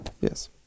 Yes